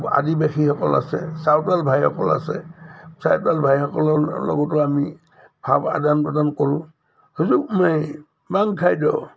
আদিবাসীসকল আছে চাওতাল ভাইসকল আছে চাওতাল ভাইসকলৰ লগতো আমি ভাৱ আদান প্ৰদান কৰোঁ সুযোগমে বাং খাইদ'